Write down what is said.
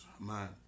man